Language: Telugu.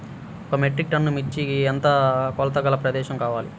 ఒక మెట్రిక్ టన్ను మిర్చికి ఎంత కొలతగల ప్రదేశము కావాలీ?